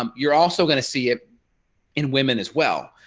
um you're also going to see it in women as well.